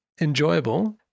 Enjoyable